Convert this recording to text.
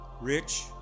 rich